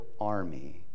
army